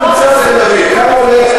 בממוצע כמה עולה, ?